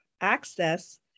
access